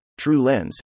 TrueLens